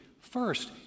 First